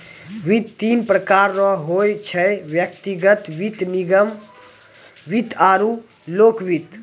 वित्त तीन प्रकार रो होय छै व्यक्तिगत वित्त निगम वित्त आरु लोक वित्त